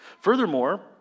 Furthermore